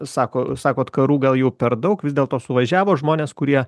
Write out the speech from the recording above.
sako sakot karų gal jau per daug vis dėlto suvažiavo žmonės kurie